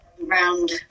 round